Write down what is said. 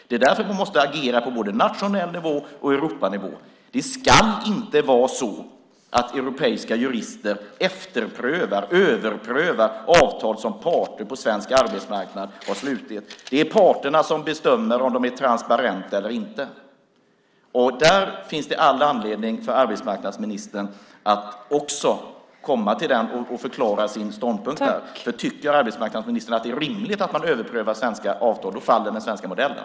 Det är därför som man måste agera på både nationell nivå och Europanivå. Det ska inte vara så att europeiska jurister efterprövar, överprövar, avtal som parter på svensk arbetsmarknad har slutit. Det är parterna som bestämmer om de är transparenta eller inte. Och där finns det all anledning för arbetsmarknadsministern att också förklara sin ståndpunkt. Tycker arbetsmarknadsministern att det är rimligt att man överprövar svenska avtal? Då faller den svenska modellen.